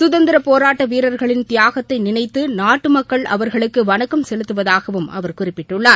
சுதந்திரப் போராட்ட வீரர்களின் தியாகத்தை நினைத்து நாட்டு மக்கள் அவர்களுக்கு வணக்கம் செலுத்துவதாகவும் அவர் குறிப்பிட்டுள்ளார்